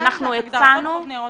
נקרא.